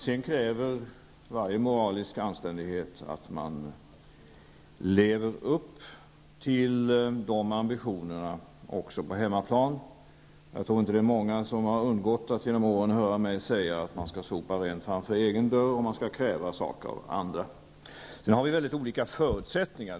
Sedan kräver den moraliska anständigheten att man lever upp till de ambitionerna också på hemmaplan. Jag tror inte att det är många som har undgått att genom åren höra mig säga att man skall sopa rent framför egen dörr, om man skall kräva saker av andra. Vi har dock olika förutsättningar.